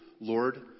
Lord